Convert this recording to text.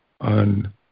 on